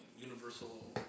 Universal